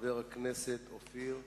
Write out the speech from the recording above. חבר הכנסת אופיר אקוניס,